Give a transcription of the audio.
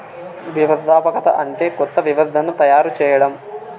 వ్యవస్థాపకత అంటే కొత్త వ్యవస్థను తయారు చేయడం